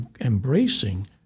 embracing